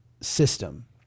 system